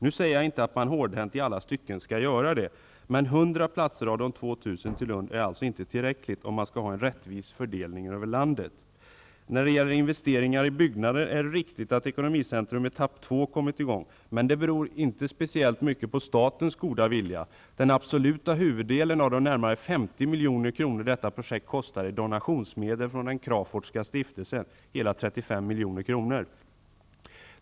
Nu säger jag inte att man hårdhänt i alla stycken skall göra det, men 100 platser till Lund av de totalt 2 000 är alltså inte tillräckligt om man skall ha en rättvis fördelning över landet. När det gäller investeringar i byggnader är det riktigt att Ekonomicentrum etapp 2 har kommit i gång, men det beror inte speciellt mycket på statens goda vilja. Den absoluta huvuddelen, hela 35 milj.kr., av de närmare 50 milj.kr. detta projekt kostar är donationsmedel från den Crafoordska stiftelsen.